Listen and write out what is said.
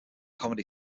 comedy